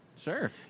Sure